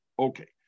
Okay